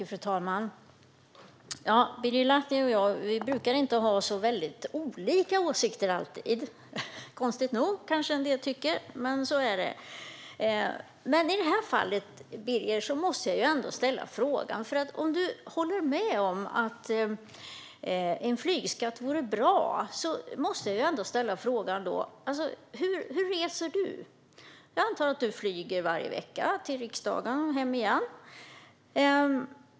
Fru talman! Birger Lahti och jag brukar inte alltid ha så väldigt olika åsikter - konstigt nog, kanske en del tycker, men så är det. I det här fallet, Birger, måste jag ändå ställa en fråga. Om du håller med om att en flygskatt vore bra måste jag ställa frågan: Hur reser du? Jag antar att du varje vecka flyger till jobbet på riksdagen och hem igen.